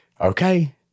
Okay